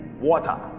water